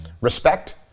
Respect